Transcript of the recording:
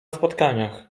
spotkaniach